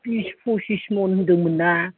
बिस फसिस मन होनदोंमोन ना